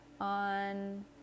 on